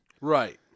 Right